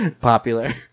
popular